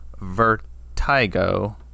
Vertigo